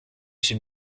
suis